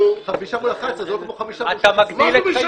5 מול 11 זה לא כמו --- מה זה משנה,